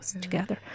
together